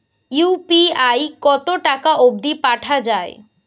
UPI কতো টাকা অব্দি পাঠা যায়?